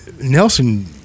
Nelson